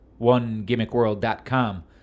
OneGimmickWorld.com